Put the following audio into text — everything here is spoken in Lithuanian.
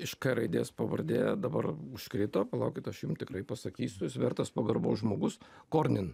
iš k raidės pavardė dabar užkrito palaukit aš jum tikrai pasakysiu jis vertas pagarbos žmogus kornin